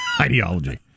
ideology